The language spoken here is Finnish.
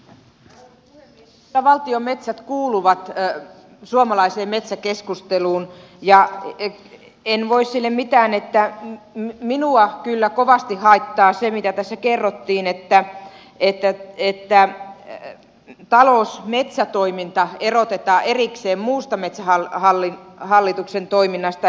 kyllä valtion metsät kuuluvat suomalaiseen metsäkeskusteluun ja en voi sille mitään että minua kyllä kovasti haittaa se mitä tässä kerrottiin että talousmetsätoiminta erotetaan erikseen muusta metsähallituksen toiminnasta